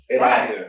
Right